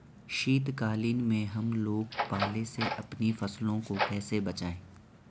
शीतकालीन में हम लोग पाले से अपनी फसलों को कैसे बचाएं?